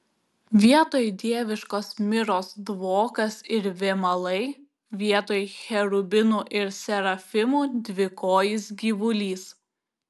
vietoj dieviškos miros dvokas ir vėmalai vietoj cherubinų ir serafimų dvikojis gyvulys